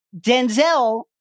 Denzel